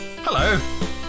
Hello